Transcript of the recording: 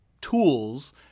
tools